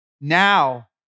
Now